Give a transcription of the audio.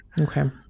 Okay